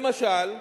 למשל,